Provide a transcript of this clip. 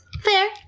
Fair